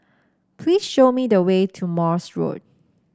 please show me the way to Morse Road